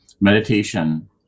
meditation